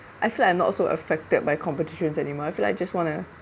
I feel I'm not so affected by competitions anymore I feel like just want to